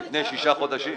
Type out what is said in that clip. לפני שישה חודשים.